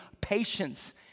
patience